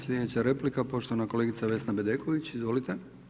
Slijedeća replika poštovana kolegica Vesna Bedeković, izvolite.